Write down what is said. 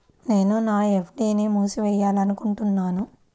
నేను నా ఎఫ్.డీ ని మూసివేయాలనుకుంటున్నాను